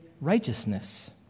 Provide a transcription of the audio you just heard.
righteousness